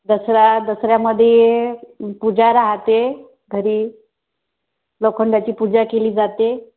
दसरा दसऱ्यामध्ये पूजा राहते घरी लोखंडाची पूजा केली जाते